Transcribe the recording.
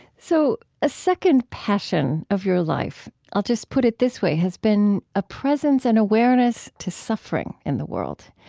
so a second passion of your life i'll just put it this way has been a presence and awareness to suffering in the world.